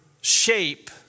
shape